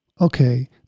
Okay